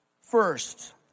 first